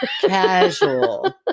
casual